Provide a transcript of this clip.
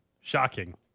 Shocking